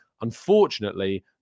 unfortunately